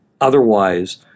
otherwise